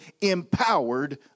empowered